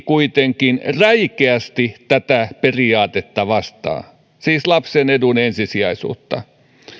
kuitenkin räikeästi tätä periaatetta vastaan siis lapsen edun ensisijaisuutta